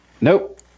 Nope